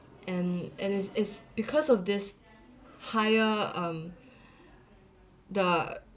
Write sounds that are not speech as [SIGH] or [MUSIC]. and and it is it's because of this higher um [BREATH] the